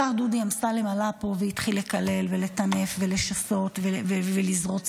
השר דודי אמסלם עלה פה והתחיל לקלל ולטנף ולשסות ולזרוע שנאה.